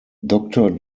doctor